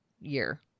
year